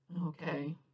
Okay